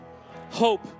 hope